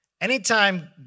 Anytime